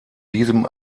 diesem